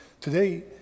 Today